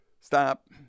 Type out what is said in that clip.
Stop